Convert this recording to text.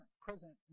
present